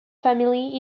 family